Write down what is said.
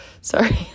sorry